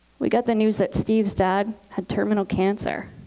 we got the news that steve's dad had terminal cancer.